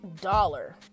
dollar